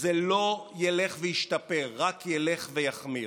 וזה לא ילך וישתפר, רק ילך ויחמיר.